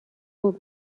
خوب